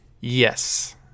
yes